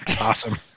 Awesome